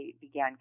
began